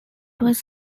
was